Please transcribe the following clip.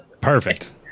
Perfect